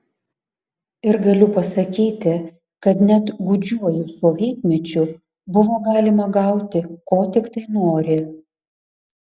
ir galiu pasakyti kad net gūdžiuoju sovietmečiu buvo galima gauti ko tiktai nori